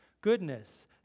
goodness